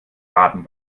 baden